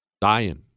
dying